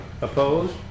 Opposed